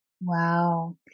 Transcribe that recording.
Wow